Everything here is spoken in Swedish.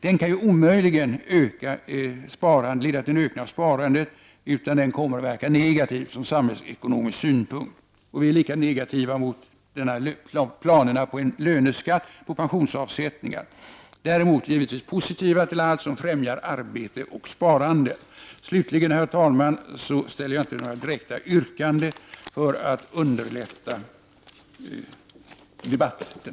Det kan omöjligen främja ett ökat sparande och kommer följaktligen att verka negativt från samhällsekonomisk synpunkt. Vi är också lika negativa emot planerna på en löneskatt på pensionsavsättningar. Däremot är vi givetvis positiva till allt som främjar arbete och sparande. För att underlätta voteringarna, herr talman, ställer jag till slut inga yrkanden.